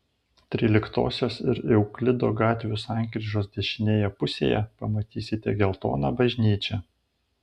tryliktosios ir euklido gatvių sankryžos dešinėje pusėje pamatysite geltoną bažnyčią